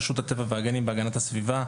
רשות הטבע והגנים והגנת הסביבה,